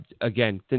again